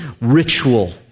ritual